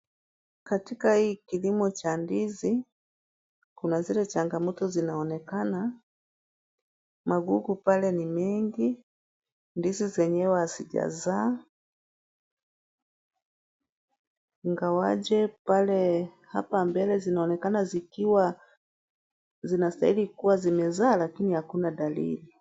Katika hii kilimo cha ndizi kuna zile changamoto zinaonekana. Magugu pale ni mengi, ndizi zenyewe hazijazaa ingawaje pale mbele zinaonekana zikiwa zinastahili kuwa zimezaa lakini hakuna dalili.